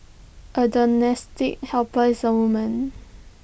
A domestic helper is A woman